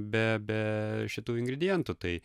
be be šitų ingredientų tai